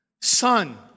Son